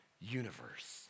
universe